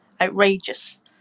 outrageous